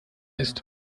ist